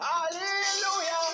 Hallelujah